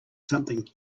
something